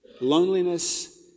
loneliness